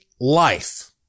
life